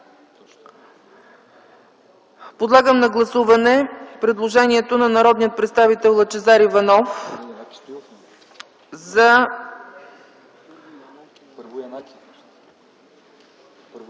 Подлагам на гласуване предложението на народния представител Янаки Стоилов за